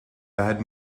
bad